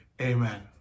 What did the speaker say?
Amen